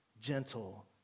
gentle